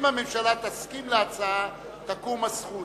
אם הממשלה תסכים להצעה, תקום הזכות.